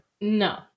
No